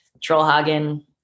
Trollhagen